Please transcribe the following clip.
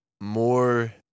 more